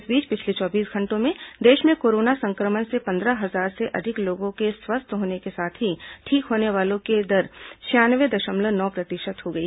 इस बीच पिछले चौबीस घंटों में देश में कोरोना संक्रमण से पंद्रह हजार से अधिक लोगों के स्वस्थ होने के साथ ही ठीक होने वालों की दर छियानवे दशमलव नौ प्रतिशत हो गई